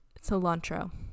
Cilantro